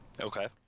Okay